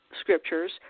scriptures